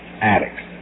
addicts